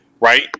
right